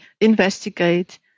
investigate